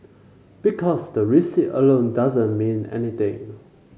because the recipe alone doesn't mean anything